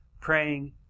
praying